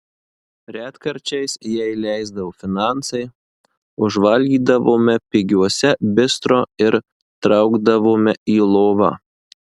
retkarčiais jei leisdavo finansai užvalgydavome pigiuose bistro ir traukdavome į lovą